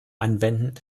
anwenden